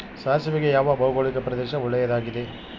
ಸಾಸಿವೆಗೆ ಯಾವ ಭೌಗೋಳಿಕ ಪ್ರದೇಶ ಒಳ್ಳೆಯದಾಗಿದೆ?